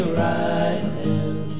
rising